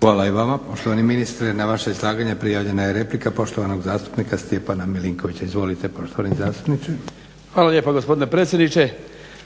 Hvala i vama poštovani ministre. Na vaše izlaganje prijavljena je replika poštovanog zastupnika Stjepana Milinkovića. Izvolite poštovani zastupniće. **Milinković, Stjepan (HDZ)** Hvala lijepa gospodine predsjedniče.